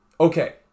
Okay